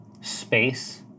space